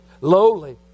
lowly